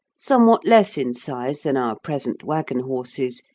somewhat less in size than our present waggon horses,